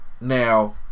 Now